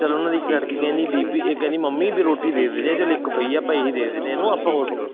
ਚਲੋ ਉਹਨਾਂ ਦੀ ਇੱਕ ਲੜਕੀ ਕਹਿੰਦੀ ਬੀਬੀ ਇਹ ਕਹਿੰਦੀ ਮੰਮੀ ਵੀ ਰੋਟੀ ਦੇ ਦਿੰਦੇ ਚਲ ਇੱਕ ਪਈ ਆ ਆਪਾਂ ਇਹੀ ਦੇ ਦਿੰਦੇ ਹਾਂ ਇਹਨੂੰ ਆਪਾਂ ਹੋਰ ਪ